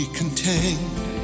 contained